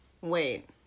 Wait